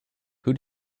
who